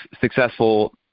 successful